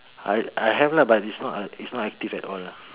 I I have lah but its not uh it's not active at all